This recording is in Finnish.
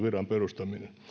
viran perustaminen